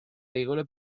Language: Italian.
regole